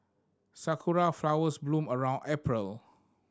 sakura flowers bloom around April